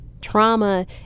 Trauma